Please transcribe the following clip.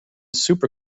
super